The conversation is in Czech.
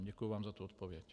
Děkuji vám za tu odpověď.